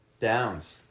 Downs